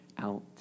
Out